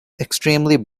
extremely